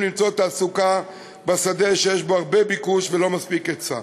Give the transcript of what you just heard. למצוא תעסוקה בשדה שיש בו הרבה ביקוש ולא מספיק היצע